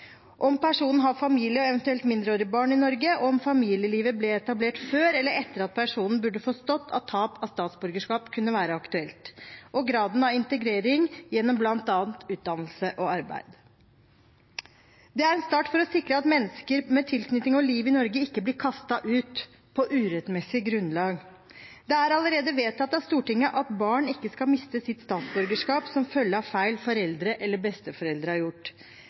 om personen har familie og eventuelt mindreårige barn i Norge, og om familielivet ble etablert før eller etter at personen burde forstått at tap av statsborgerskap kunne være aktuelt graden av integrering gjennom bl.a. utdannelse og arbeid Dette er en start for å sikre at mennesker med tilknytning til og liv i Norge ikke blir kastet ut på urettmessig grunnlag. Det er allerede vedtatt av Stortinget at barn ikke skal miste sitt statsborgerskap som følge av feil foreldre eller besteforeldre har gjort.